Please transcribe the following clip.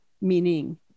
meaning